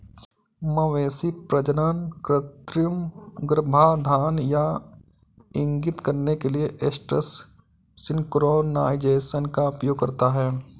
मवेशी प्रजनन कृत्रिम गर्भाधान यह इंगित करने के लिए एस्ट्रस सिंक्रोनाइज़ेशन का उपयोग करता है